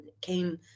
came